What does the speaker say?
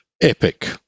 Epic